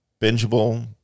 bingeable